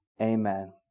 Amen